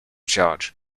charge